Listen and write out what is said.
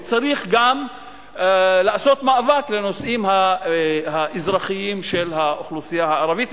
וצריך גם לעשות מאבק למען הנושאים האזרחיים של האוכלוסייה הערבית,